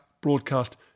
broadcast